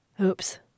Oops